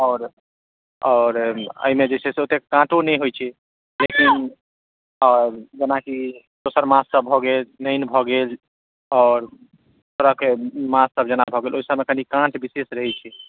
आओर आओर एहिमे जे छै से ओतेक काँटो नहि होइ छै लेकिन जेनाकि दोसर माछसभ भऽ गेल नैनी भऽ गेल आओर तरहके माछसभ जेना भऽ गेल ओहि सभमे कनि काँट विशेष रहै छै